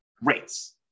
rates